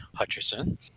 Hutcherson